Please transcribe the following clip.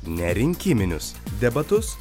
ne rinkiminius debatus